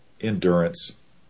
endurance